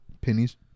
pennies